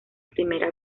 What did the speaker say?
primera